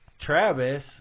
Travis